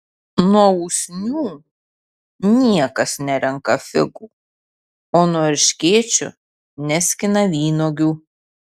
nuo usnių niekas nerenka figų o nuo erškėčių neskina vynuogių